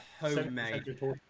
homemade